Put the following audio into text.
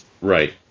right